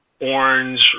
orange